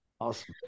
awesome